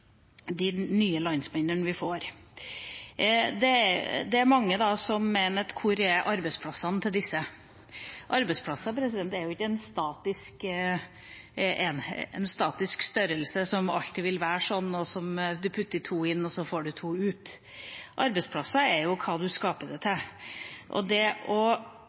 nye landsmenn. Det er mange som spør: Hvor er arbeidsplassene til disse? Arbeidsplasser er ikke en statisk størrelse som alltid vil være sånn, at når du putter to inn, får du to ut. Arbeidsplasser er hva du skaper det til. Det å rettlede folk, spesielt de som havner i Nav-systemet, også til gründerskap, ikke bare til CV-skriving og